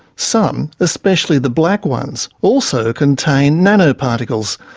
some, especially the black ones, also contain nanoparticles.